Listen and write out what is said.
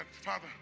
Father